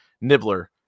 Nibbler